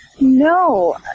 No